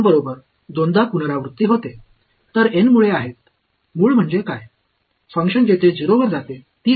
மாணவர்At max N அதிகபட்ச N என்று சொல்லுங்கள் அவர்கள் வேர்களை மீண்டும் மீண்டும் செய்யலாம் 2 இருமுறை திரும்ப செய்யப்பட்டது